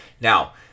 now